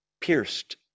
pierced